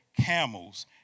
camels